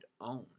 own